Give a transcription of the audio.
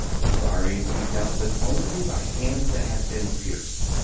desiring to be dealt with only by hands that have been pierced.